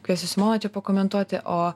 kviesiu simoną čia pakomentuoti o